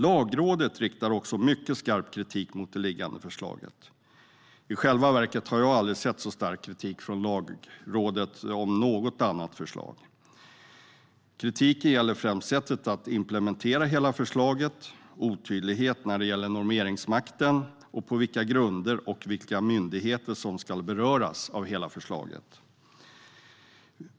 Lagrådet riktar också mycket skarp kritik mot det föreliggande förslaget. I själva verket har jag aldrig sett så stark kritik från Lagrådet mot något annat förslag. Kritiken gäller främst sättet att implementera hela förslaget, otydlighet när det gäller normeringsmakten och på vilka grunder och vilka myndigheter som ska beröras av hela förslaget.